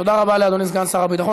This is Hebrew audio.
לאדוני סגן שר הביטחון.